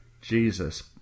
Jesus